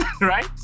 right